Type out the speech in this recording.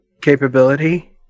capability